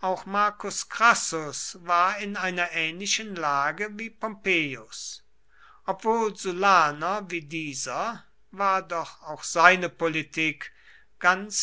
auch marcus crassus war in einer ähnlichen lage wie pompeius obwohl sullaner wie dieser war doch auch seine politik ganz